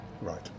Right